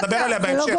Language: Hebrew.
אז נדבר עליה בהמשך.